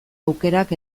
aukerak